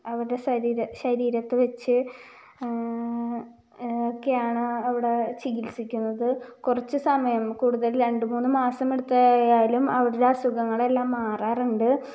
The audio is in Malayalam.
അവരുടെ ശരീരം ശരീരത്ത് വച്ച് ഒക്കെയാണ് അവിടെ ചികിത്സിക്കുന്നത് കുറച്ച് സമയം കൂടതൽ രണ്ട് മൂന്ന് മാസം എടുത്ത് ആയാലും അവരുടെ അസുഖങ്ങളെല്ലാം മാറാറുണ്ട്